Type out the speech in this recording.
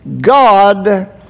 God